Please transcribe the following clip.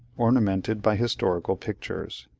ornamented by historical pictures.